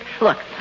Look